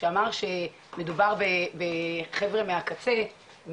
שאמר שמדובר בחבר'ה מהקצה,